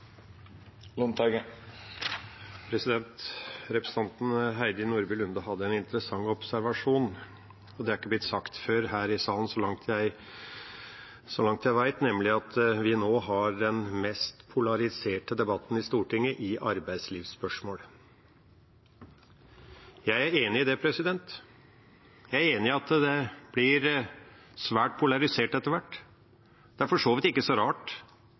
Representanten Heidi Nordby Lunde hadde en interessant observasjon, og det har ikke blitt sagt her i salen, så vidt jeg vet, nemlig at vi nå har den mest polariserte debatten i Stortinget i arbeidslivsspørsmål. Jeg er enig i det. Jeg er enig i at det blir svært polarisert etter hvert. Det er for så vidt ikke så rart.